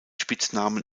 spitznamen